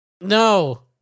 No